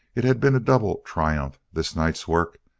it had been a double triumph, this night's work.